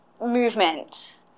movement